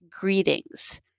greetings